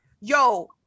yo